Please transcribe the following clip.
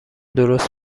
درست